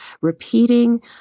repeating